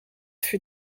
fut